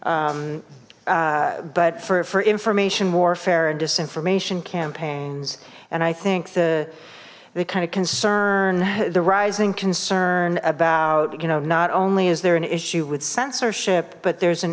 but for information warfare and disinformation campaigns and i think the the kind of concern the rising concern of you know not only is there an issue with censorship but there's an